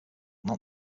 not